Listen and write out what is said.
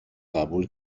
قبول